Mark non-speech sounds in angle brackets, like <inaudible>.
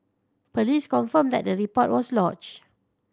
police confirmed that the report was <unintelligible>